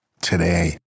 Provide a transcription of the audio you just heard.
today